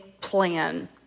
plan